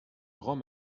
grands